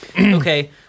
Okay